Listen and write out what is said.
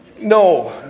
no